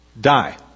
die